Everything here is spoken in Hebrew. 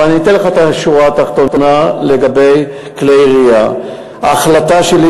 אבל אני אתן לך את השורה התחתונה לגבי כלי ירייה: ההחלטה שלי,